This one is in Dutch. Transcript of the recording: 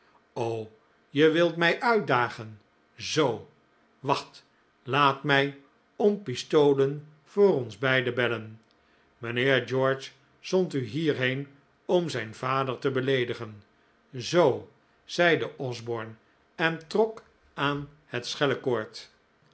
je wilt mij uitdagen zoo wacht laat mij om pistolen voor ons beiden bellen mijnheer george zond u hierheen om zijn vader te beleedigen zoo zeide osborne en trok aan het